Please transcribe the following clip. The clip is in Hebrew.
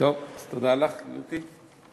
תודה לך, גברתי.